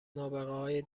نابغههای